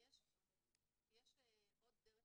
יש עוד דרך